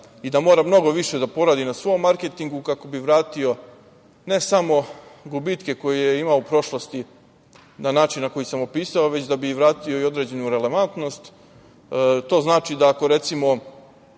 i da mora mnogo više da poradi na svom marketingu kako bi vratio, ne samo gubitke koje je imao u prošlosti na način na koji sam opisao, već i da bi vratio određenu relevantnost. To znači da ako